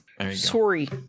Sorry